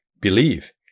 believe